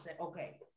okay